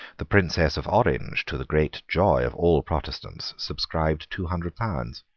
the princess of orange, to the great joy of all protestants, subscribed two hundred pounds.